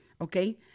okay